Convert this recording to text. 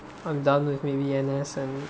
and done with maybe N_S and